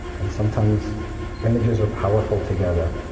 and sometimes images are powerful together,